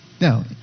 Now